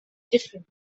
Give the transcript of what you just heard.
different